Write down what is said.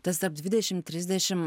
tas tarp dvidešim trisdešim